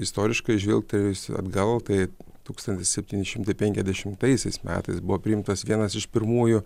istoriškai žvilgtelėjus atgal tai tūkstantis septyni šimtai penkiasdešimtaisiais metais buvo priimtas vienas iš pirmųjų